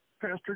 Pastor